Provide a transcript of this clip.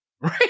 Right